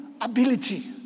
ability